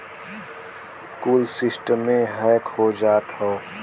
कुल सिस्टमे हैक हो जात हौ